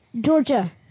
Georgia